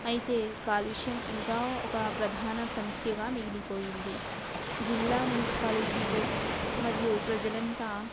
అయితే కాలుష్యం ఇంకా ఒక ప్రధాన సమస్యగా మిగిలిపోయింది జిల్లా మున్సిపాలిటీలు మరియు ప్రజలంతా